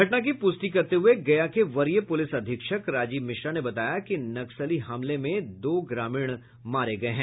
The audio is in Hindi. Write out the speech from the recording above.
घटना की पुष्टि करते हुये गया के वरीय पुलिस अधीक्षक राजीव मिश्रा ने बताया कि नक्सली हमले में दो ग्रामीण मारे गये हैं